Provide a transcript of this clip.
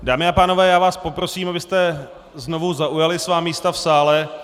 Dámy a pánové, já vás poprosím, abyste znovu zaujali svá místa v sále.